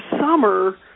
summer